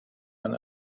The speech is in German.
man